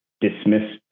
dismissed